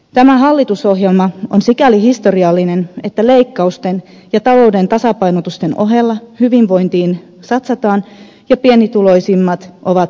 tämä hallitusohjelma on sikäli historiallinen että leikkausten ja talouden tasapainotusten ohella hyvinvointiin satsataan ja pienituloisimmat ovat huomion keskipisteessä